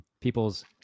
people's